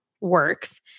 works